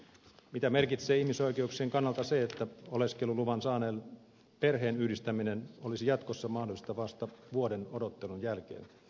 mitä merkitsee ihmisoikeuksien kannalta se että oleskeluluvan saaneen perheen yhdistäminen olisi jatkossa mahdollista vasta vuoden odottelun jälkeen